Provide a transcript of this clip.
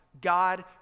God